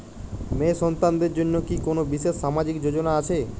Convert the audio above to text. মেয়ে সন্তানদের জন্য কি কোন বিশেষ সামাজিক যোজনা আছে?